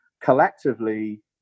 collectively